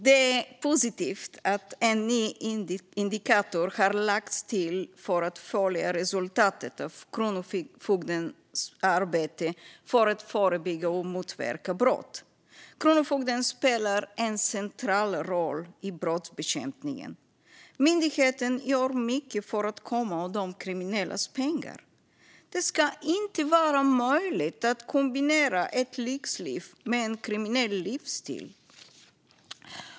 Det är positivt att en ny indikator har lagts till för att följa resultatet av Kronofogdens arbete med att förebygga och motverka brott. Kronofogden spelar en central roll i brottsbekämpningen. Myndigheten gör mycket för att komma åt de kriminellas pengar. Det ska inte vara möjligt att kombinera ett lyxliv med en kriminell livsstil.